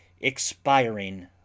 expiring